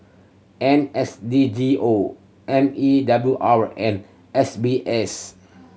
N S D G O M E W R and S B S